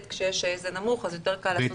וכשזה נמוך אז יותר קל לעשות את השינוי.